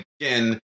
again